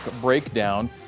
breakdown